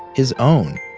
his own.